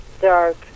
dark